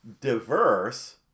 diverse